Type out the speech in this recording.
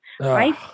Right